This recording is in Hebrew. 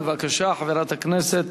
בבקשה, חברת הכנסת.